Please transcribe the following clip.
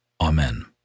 Amen